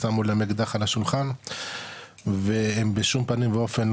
שמו להם אקדח על השולחן והם בשום פנים ואופן,